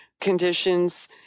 conditions